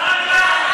אדם.